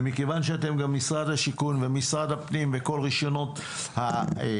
ומכיוון שאתם גם משרד השיכון ומשרד הפנים וכל רישיונות חידוש